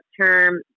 term